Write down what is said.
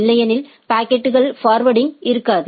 இல்லையெனில் packet forwarding இருக்காது